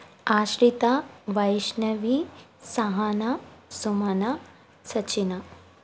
ಆಶ್ರಿತ ವೈಷ್ಣವಿ ಸಹನಾ ಸುಮನಾ ಸಚಿನ